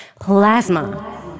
Plasma